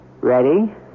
Ready